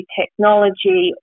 technology